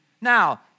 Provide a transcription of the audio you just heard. Now